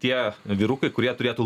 tie vyrukai kurie turėtų